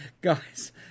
guys